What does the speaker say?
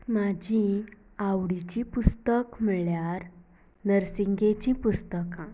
म्हजी आवडीची पुस्तक म्हळ्यार नर्सिगेचीं पुस्तकां